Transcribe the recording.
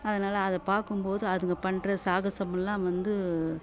அதனால் அதை பார்க்கும் போது அதுங்க பண்ணுற சாகசமுல்லாம் வந்து